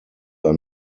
are